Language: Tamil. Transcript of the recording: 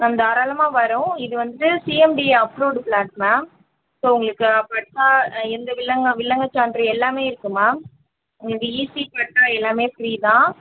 மேம் தாராளமாக வரோம் இது வந்துட்டு CMDA approved flat ma'am so உங்களுக்கு பெருசாக எந்த வில்லங்கம் வில்லங்க சான்று எல்லாமே இருக்குது மேம் உங்களுக்கு ஈசி பட்டா எல்லாமே ஃப்ரீ தான்